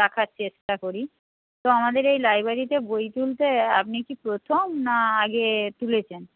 রাখার চেষ্টা করি তো আমাদের এই লাইব্রেরিতে বই তুলতে আপনি কি প্রথম না আগে তুলেছেন